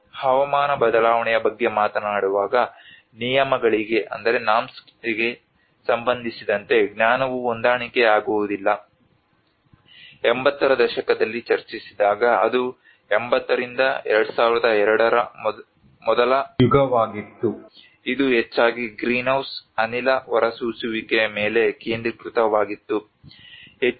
ನಾವು ಹವಾಮಾನ ಬದಲಾವಣೆಯ ಬಗ್ಗೆ ಮಾತನಾಡುವಾಗ ನಿಯಮಗಳಿಗೆ ಸಂಬಂಧಿಸಿದಂತೆ ಜ್ಞಾನವು ಹೊಂದಾಣಿಕೆ ಆಗುವುದಿಲ್ಲ 80 ರ ದಶಕದಲ್ಲಿ ಚರ್ಚಿಸಿದಾಗ ಅದು 80 ರಿಂದ 2002 ರ ಮೊದಲ ಯುಗವಾಗಿತ್ತು ಇದು ಹೆಚ್ಚಾಗಿ ಗ್ರೀನ್ಹೌಸ್ ಅನಿಲ ಹೊರಸೂಸುವಿಕೆಯ ಮೇಲೆ ಕೇಂದ್ರೀಕೃತವಾಗಿತ್ತು